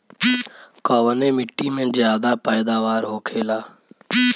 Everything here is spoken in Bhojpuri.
कवने मिट्टी में ज्यादा पैदावार होखेला?